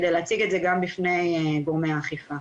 כדי להציג את זה גם בפני גורמי האכיפה.